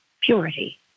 purity